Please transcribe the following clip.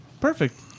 Perfect